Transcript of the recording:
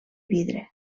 vidre